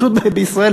פשוט בישראל,